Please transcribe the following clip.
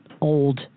old